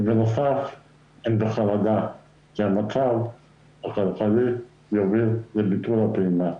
ובנוסף הם בחרדה שהמצב הכלכלי יביא לביטול הפעימה,